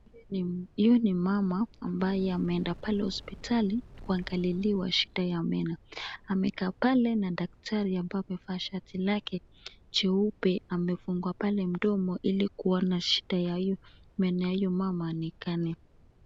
Huyu ni mama ambaye ameenda pale hospitali kuangaliliwa shida ya meno. Amekaa pale na daktari ambaye amevaa shati lake jeupe amefungua pale mdomo hili kuona shida ya huyu mama ionekane.